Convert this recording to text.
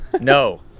No